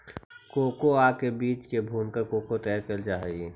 cocoa के बीज को भूनकर कोको तैयार करल जा हई